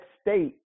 state